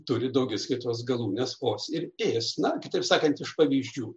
turi daugiskaitos galūnes os ir ės kitaip sakant iš pavyzdžių